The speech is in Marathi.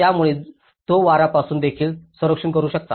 त्यामुळे तो वारा पासून देखील संरक्षण करू शकता